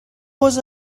was